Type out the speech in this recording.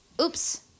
oops